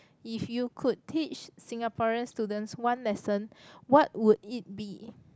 if you could teach Singaporean students one lesson what would it be